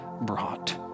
brought